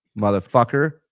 Motherfucker